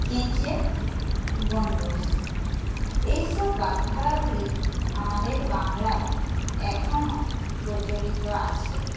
কেঁচে গণ্ডূষ এইসব বাগধারাগুলি আমাদের বাংলায় এখনও প্রচলিত আছে